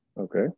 Okay